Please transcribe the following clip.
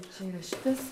čia yra šitas